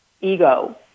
ego